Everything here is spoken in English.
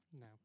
No